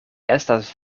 estas